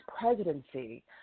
presidency